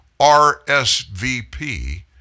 RSVP